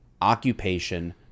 occupation